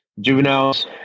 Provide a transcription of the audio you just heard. juveniles